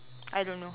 I don't know